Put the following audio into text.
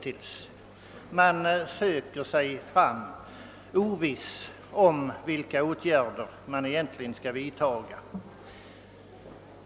Man är osäker om vilka åtgärder som egentligen bör vidtagas.